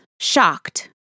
shocked